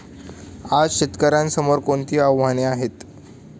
आज शेतकऱ्यांसमोर कोणती आव्हाने आहेत?